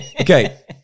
Okay